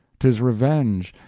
tis revenge,